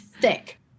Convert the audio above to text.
thick